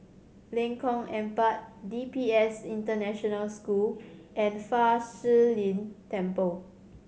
Lengkong Empat D P S International School and Fa Shi Lin Temple